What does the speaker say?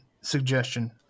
suggestion